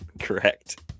Correct